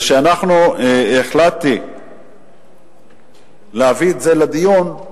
כשהחלטתי להביא את זה לדיון,